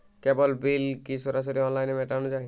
কেবল bill কি সরাসরি অনলাইনে মেটানো য়ায়?